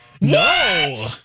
No